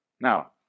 Now